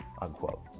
Unquote